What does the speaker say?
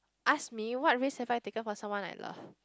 ask me what risk have I taken for someone I love